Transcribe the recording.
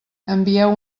envieu